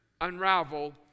unravel